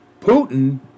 Putin